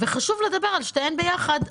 וחשוב לדבר על שתיהן יחד.